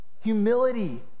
Humility